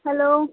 hello